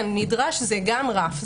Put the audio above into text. כן, נדרש זה גם רף.